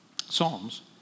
Psalms